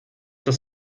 das